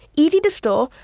easy to store,